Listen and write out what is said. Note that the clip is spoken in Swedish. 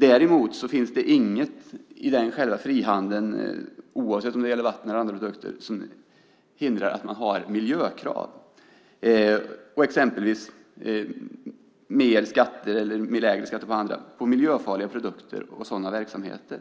Däremot finns det inget i frihandeln - oavsett om det gäller vatten eller andra produkter - som hindrar att man har miljökrav, exempelvis mer skatter på miljöfarliga produkter och verksamheter.